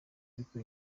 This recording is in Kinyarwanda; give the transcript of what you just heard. ariko